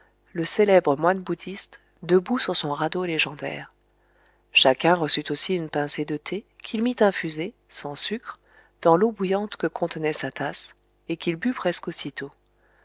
le célèbre moine bouddhiste débout sur son radeau légendaire chacun reçut aussi une pincée de thé qu'il mit infuser sans sucre dans l'eau bouillante que contenait sa tasse et qu'il but presque aussitôt